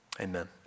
Amen